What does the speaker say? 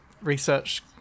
research